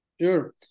Sure